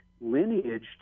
lineage